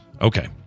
Okay